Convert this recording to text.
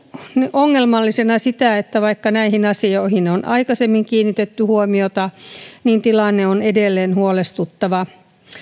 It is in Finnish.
ongelmallisena sitä että vaikka näihin asioihin on aikaisemmin kiinnitetty huomiota niin tilanne on edelleen huolestuttava